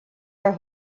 her